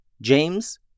James